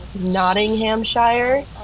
Nottinghamshire